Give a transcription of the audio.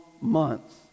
months